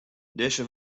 dizze